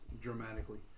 dramatically